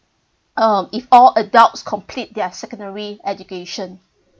um if all adults complete their secondary education